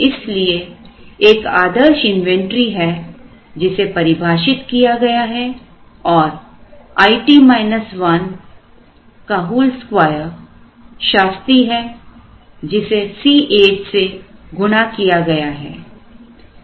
इसलिए एक आदर्श इन्वेंटरी है जिसे परिभाषित किया गया है और It I2 शास्ति है जिसे C8 से गुणा किया गया है